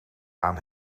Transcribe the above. aan